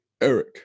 Eric